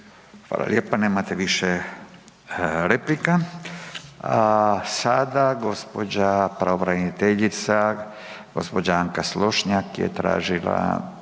Fala lijepa, nemate više replika. Sada gđa. pravobraniteljica, gđa. Anka Slošnjak je tražila